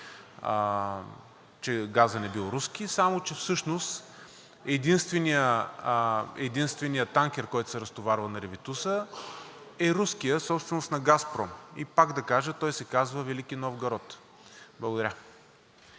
че газът не бил руски, само че всъщност единственият танкер, който се разтоварва на Ревитуса, е руският, собственост на „Газпром“. И пак да кажа, той се казва „Велики Новгород“. Благодаря.